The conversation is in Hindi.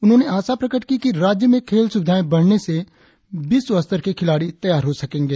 उन्होंने आशा प्रकट की कि राज्य में खेल सुविधाएं बढ़ने से विश्व खिलाड़ी तैयार हो सकेंगे